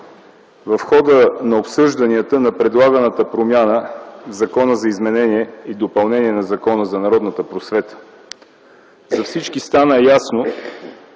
В хода на обсъжданията на предлаганата промяна в Закона за изменение и допълнение на Закона за народната просвета за всички стана ясно,